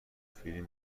فیلم